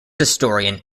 historian